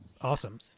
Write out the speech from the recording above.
Awesome